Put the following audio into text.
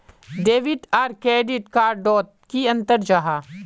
Debit आर credit card डोट की अंतर जाहा?